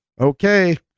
Okay